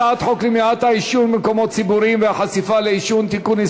הצעת חוק מניעת העישון במקומות ציבוריים והחשיפה לעישון (תיקון,